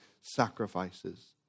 sacrifices